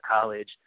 college